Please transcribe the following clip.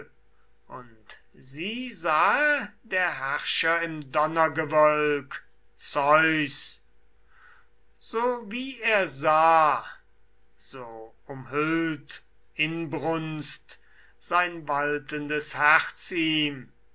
und sie sahe der herrscher im donnergewölk zeus so wie er sah so umhüllt inbrunst sein waltendes herz ihm